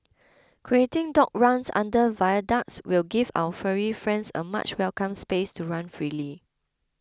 creating dog runs under viaducts will give our furry friends a much welcome space to run freely